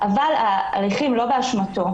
אבל ההליכים לא באשמתו.